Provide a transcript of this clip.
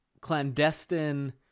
clandestine